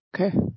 Okay